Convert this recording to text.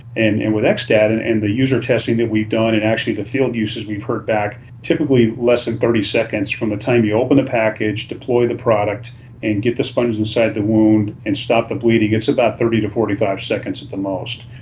and and with xstat and and the user testing that we've done and actually the field uses we've heard back typically less than thirty seconds from the time you open the package, deploy the product and get the sponges inside the wound and stop the bleeding, it's about thirty to forty five seconds at the most.